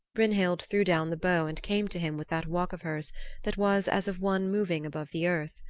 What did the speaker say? brynhild threw down the bow and came to him with that walk of hers that was as of one moving above the earth.